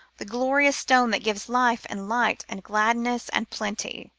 the glorious stone that gives life and light and gladness and plenty.